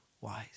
wise